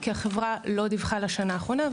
כי החברה לא דיווחה על השנה האחרונה,